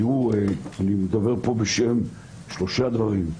תראו, אני מדבר פה בשם 3 דברים.